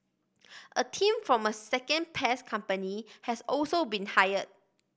a team from a second pest company has also been hire